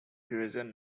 quezon